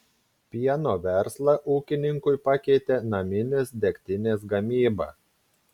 pieno verslą ūkininkui pakeitė naminės degtinės gamyba